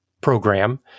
program